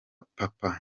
papa